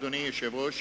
אדוני היושב-ראש,